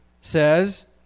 says